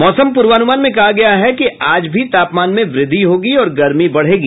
मौसम पूर्वानुमान में कहा गया है कि आज भी तापमान में वृद्धि होगी और गर्मी बढ़ेगी